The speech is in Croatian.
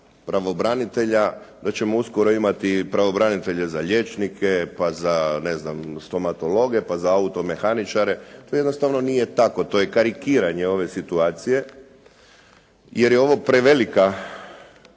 pravobranitelja da ćemo uskoro imati pravobranitelje za liječnika, pa za stomatologe, pa za automehaničare. To jednostavno nije tako, to je karikiranje ove situacije, jer je ovo preveliki